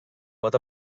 pot